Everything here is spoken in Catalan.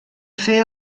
fer